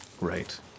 Right